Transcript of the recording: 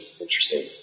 Interesting